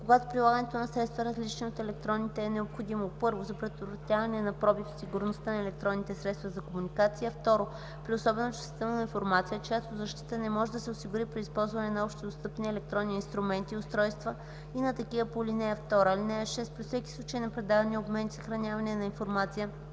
когато прилагането на средства, различни от електронните е необходимо: 1. за предотвратяване на пробив в сигурността на електронните средства за комуникация; 2. при особено чувствителна информация, чиято защита не може да се осигури при използване на общодостъпни електронни инструменти и устройства и на такива по ал. 2. (6) При всеки случай на предаване, обмен и съхраняване на информация